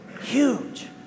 Huge